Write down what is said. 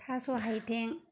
थास' आथिं